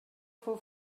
fou